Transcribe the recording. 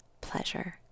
pleasure